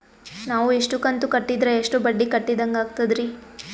ನಾವು ಇಷ್ಟು ಕಂತು ಕಟ್ಟೀದ್ರ ಎಷ್ಟು ಬಡ್ಡೀ ಕಟ್ಟಿದಂಗಾಗ್ತದ್ರೀ?